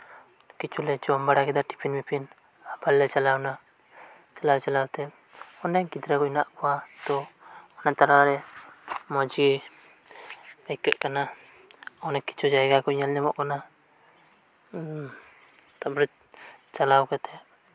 ᱠᱤᱪᱷᱩᱞᱮ ᱡᱚᱢ ᱵᱟᱲᱟ ᱠᱮᱫᱟ ᱴᱤᱯᱷᱤᱱ ᱟᱵᱟᱨ ᱞᱮ ᱪᱟᱞᱟᱣᱮᱱᱟ ᱪᱟᱞᱟᱣ ᱪᱟᱞᱟᱣᱛᱮ ᱟᱹᱰᱤᱜᱟᱱ ᱜᱤᱫᱽᱨᱟᱹ ᱠᱩ ᱢᱮᱱᱟᱜ ᱠᱚᱣᱟ ᱛᱚ ᱩᱱᱟᱹᱜ ᱜᱟᱱ ᱛᱟᱞᱟᱨᱮ ᱢᱚᱪᱜᱤ ᱟᱹᱭᱠᱟᱹᱜ ᱠᱟᱱᱟ ᱟᱹᱰᱤ ᱠᱤᱪᱷᱩ ᱡᱟᱭᱜᱟ ᱠᱩ ᱧᱮᱞ ᱧᱟᱢᱚᱜ ᱠᱟᱱᱟ ᱚᱱᱟ ᱛᱟᱭᱚᱢ ᱪᱟᱞᱟᱣ ᱠᱟᱛᱮᱫ